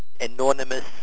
anonymous